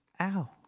Ow